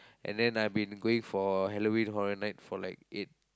and then I been going for Halloween Horror Night for like eight